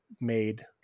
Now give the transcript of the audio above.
made